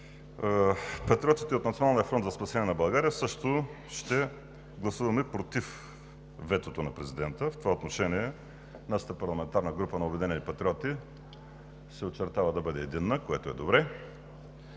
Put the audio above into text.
Патриотите от „Националния фронт за спасение на България“ също ще гласуваме „против“ ветото на президента – в това отношение нашата парламентарна група „Обединени патриоти“ се очертава да бъде единна, което е добре.